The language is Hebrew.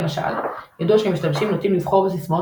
למשל ידוע שמשתמשים נוטים לבחור בסיסמאות